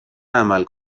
عمل